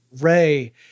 Ray